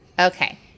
Okay